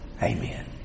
Amen